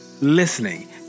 listening